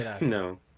no